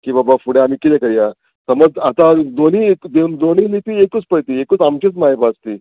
की बाबा फुडें आमी किदें करया समज आतां दोनी दोनी लिपी एकूच पय ती एकूच आमचीच मायभास ती कोंकणी